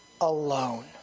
alone